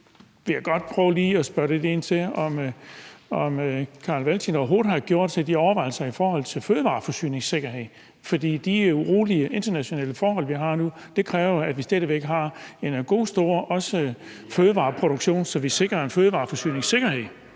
prøve at spørge lidt ind til, om hr. Carl Valentin overhovedet har gjort sig de overvejelser i forhold til fødevareforsyningssikkerhed, for de urolige internationale forhold, vi har nu, kræver, at vi stadig væk har en god, stor fødevareproduktion, så vi sikrer en fødevareforsyningssikkerhed.